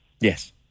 Yes